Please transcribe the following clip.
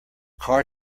car